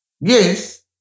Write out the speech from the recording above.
Yes